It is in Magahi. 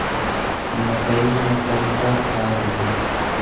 मकई में कौन सा खाद दे?